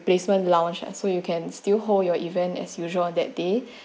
placement lounge and so you can still hold your event as usual on that day